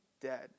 dead